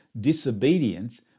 disobedience